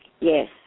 yes